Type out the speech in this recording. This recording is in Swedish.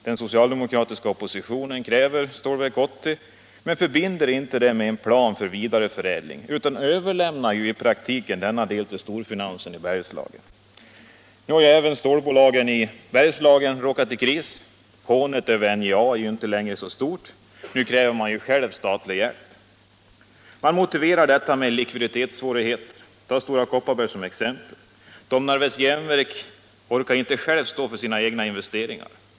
Den socialdemokratiska oppositionen kräver Stålverk 80 men förbinder inte detta krav med en plan för vidareförädling utan överlämnar i praktiken denna del till storfinansen i Bergslagen. Nu har även stålbolagen i Bergslagen råkat i kris. Hånet över NJA är inte längre så stort —- nu kräver de ju själva statlig hjälp. Man motiverar detta med likviditetssvårigheter. Ta Stora Kopparberg som exempel! Domnarvets Jernverk orkar inte självt stå för sina investeringar.